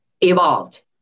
evolved